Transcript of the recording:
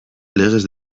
legez